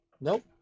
Nope